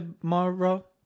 tomorrow